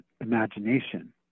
imagination